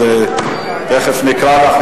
אז תיכף נקרא לך.